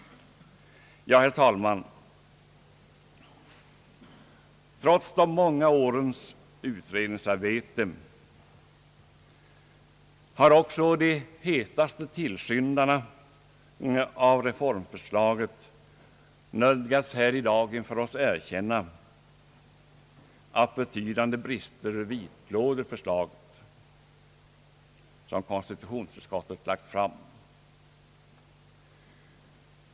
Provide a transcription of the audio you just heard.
Herr talman! Trots de många årens utredningsarbete har också de hetaste tillskyndarna av reformförslaget nödgats här i dag inför oss erkänna, att betydande brister vidlåder det förslag som konstitutionsutskottet lagt fram.